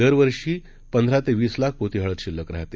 दरवर्षी पंधरा ते वीस लाख पोती हळद शिल्लक राहते